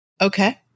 Okay